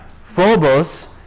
Phobos